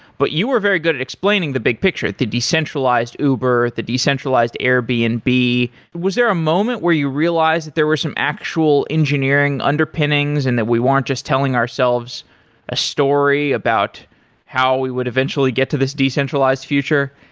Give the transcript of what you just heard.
but you are very good at explaining the big picture the decentralized uber, the decentralized airbnb. and was there a moment where you realized that there were some actual engineering underpinnings and that we weren't just telling ourselves a story about how we would eventually get to this decentralized future?